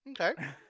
Okay